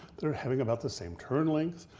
they are having about the same turn lengths,